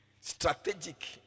Strategic